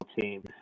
team